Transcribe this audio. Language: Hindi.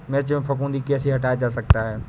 मिर्च में फफूंदी कैसे हटाया जा सकता है?